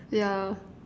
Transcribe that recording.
yeah